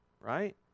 right